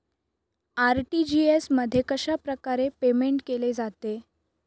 RTGS मध्ये कशाप्रकारे payment केले जाते?